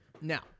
Now